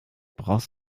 brauchst